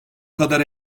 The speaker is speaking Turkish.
kadar